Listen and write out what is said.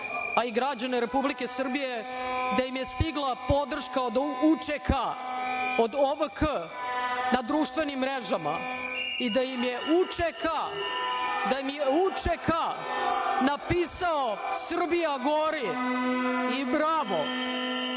a i građane Republike Srbije da im je stigla podrška od UČK, od OVK na društvenim mrežama i da im je UČK napisao „Srbija gori“ i „Bravo“.